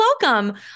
welcome